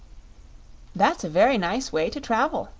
that's a very nice way to travel,